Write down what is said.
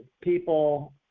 people